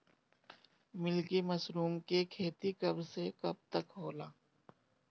Milky mushroom के खेती कब से कब तक होला?